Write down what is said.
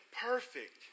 perfect